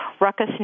Ruckus